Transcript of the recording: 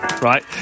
Right